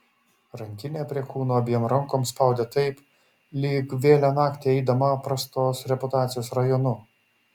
rankinę prie kūno abiem rankom spaudė taip lyg vėlią naktį eidama prastos reputacijos rajonu